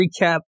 recap